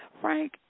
Frank